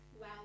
Wow